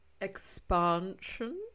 Expansion